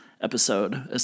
episode